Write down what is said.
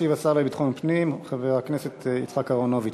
ישיב השר לביטחון פנים חבר הכנסת יצחק אהרונוביץ.